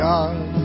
God